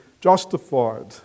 justified